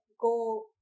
go